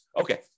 Okay